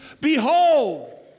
Behold